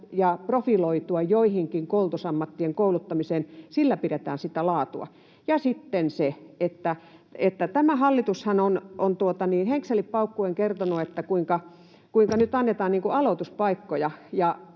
ja profiloitua joihinkin koulutusammatteihin kouluttamiseen. Sillä pidetään sitä laatua yllä. Ja sitten se, että tämä hallitushan on henkselit paukkuen kertonut, kuinka nyt annetaan aloituspaikkoja.